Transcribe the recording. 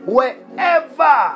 Wherever